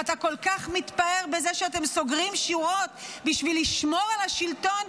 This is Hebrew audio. ואתה כל כך מתפאר בזה שאתם סוגרים שורות בשביל לשמור השלטון,